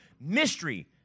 Mystery